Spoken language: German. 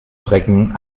schrecken